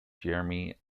jeremy